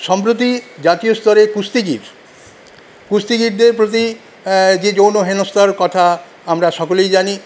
সম্প্রতি জাতীয় স্তরে কুস্তিগীর কুস্তিগীরদের প্রতি যে যৌন হেনস্থার কথা আমরা সকলেই জানি